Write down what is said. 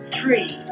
three